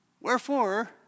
Wherefore